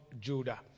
Judah